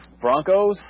Broncos